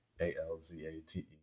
A-L-Z-A-T-E